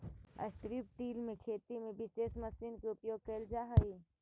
strip till में खेती में विशेष मशीन के उपयोग कैल जा हई